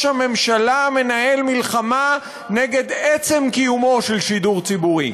הממשלה מנהל מלחמה נגד עצם קיומו של שידור ציבורי.